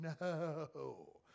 No